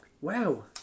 Wow